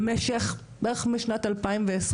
במשך בערך משנת 2020,